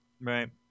right